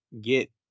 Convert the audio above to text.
get